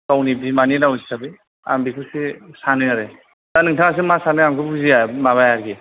गावनि बिमानि राव हिसाबै आं बेखौसो सानो आरो दा नोंथाङासो मा सानो आंथ' बुजिया माबाया आरोखि